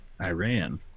Iran